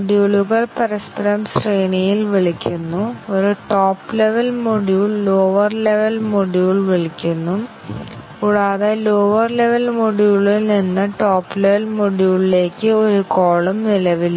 ചില coverage testing ടെക്നിക്കുകൾ ഉപയോഗിക്കുന്നു ചില കവറേജ് ടെക്നിക്കിന്റെ കവറേജ് നേടാൻ ഞങ്ങൾക്ക് ചില ടെസ്റ്റ് കേസുകൾ ഉണ്ട്